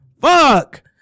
Fuck